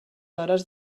hores